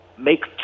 make